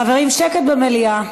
חברים, שקט במליאה.